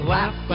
Laugh